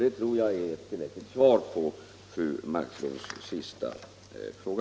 Det tror jag är tillräckligt svar på fru Marklunds sista fråga.